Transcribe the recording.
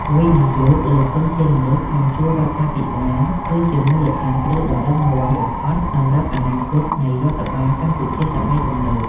វិនិយោគលើធនធានមនុស្សក្នុងជួររដ្ឋាភិបាល គឺជាមូលដ្ឋានគ្រឹះដ៏រឹងមាំបំផុតសម្រាប់អនាគតនៃរដ្ឋបាលកម្ពុជាសម័យទំនើប។